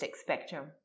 spectrum